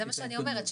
זה מה שאני אומרת,